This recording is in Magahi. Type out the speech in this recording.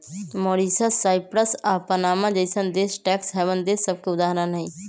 मॉरीशस, साइप्रस आऽ पनामा जइसन्न देश टैक्स हैवन देश सभके उदाहरण हइ